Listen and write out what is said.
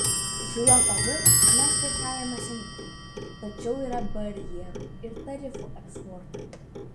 su jav mes prekiaujame seniai tačiau yra barjerų ir tarifų eksportui